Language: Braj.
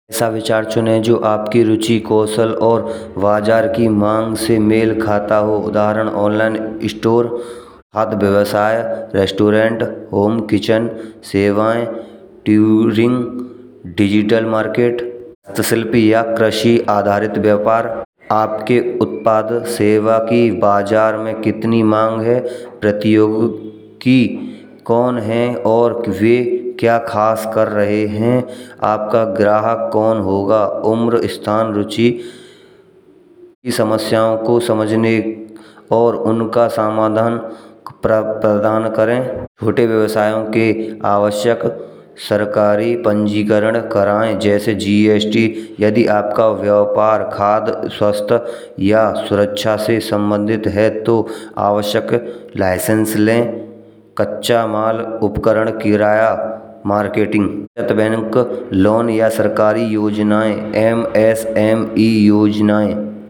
ऐसा विचार चुनें जो आपके रुचि और कौशल को बाजार की मांग से मेल खाता हो। उदाहरण ऑनलाइन स्टोर, हाथ व्यवसाय रेस्टोरेंट, ओम किचन सेवाएं। डरिंग डिजिटल मार्केट, शिल्पी या कृषि आधारित व्यापार आपके उत्पाद के सेवा की बाजार में कितनी मांग है। प्रतियोगियों के कौन है और वे क्या खास कर रहे हैं। आपका ग्राहक कौन होगा, उमर स्थान रुचि की समस्याओं को समझने और उनका समाधान प्रदान करें। छोटे व्यवसायों के आवश्यक सरकारी पंजीकरण कराएं। जैसे जीएसटी यदि आपका व्यापार खाद स्वास्थ्य या सुरक्षा से संबंधित है। तो आवश्यक लाइसेंस लें। कच्चा माल उपकरण किराया मार्केटिंग। जैट बैंक लोन या सरकारी योजनाएं एमएसएमई योजनाएं।